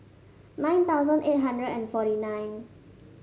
nine thousand eight hundred and forty nine